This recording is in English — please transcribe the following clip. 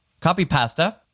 Copy-pasta